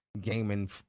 gaming